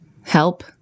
Help